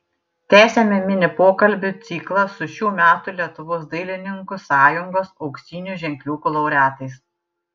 tęsiame mini pokalbių ciklą su šių metų lietuvos dailininkų sąjungos auksinių ženkliukų laureatais